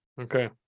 Okay